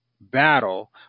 battle